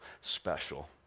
special